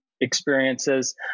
experiences